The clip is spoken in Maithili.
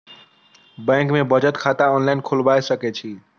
बैंक में बचत खाता ऑनलाईन खोलबाए सके छी?